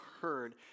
heard